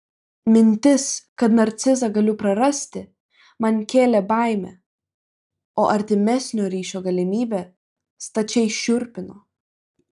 mintis kad narcizą galiu prarasti man kėlė baimę o artimesnio ryšio galimybė stačiai šiurpino